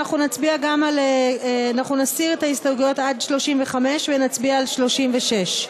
אנחנו נסיר עד 35, ונצביע על 36,